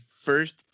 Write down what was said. first